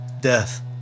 death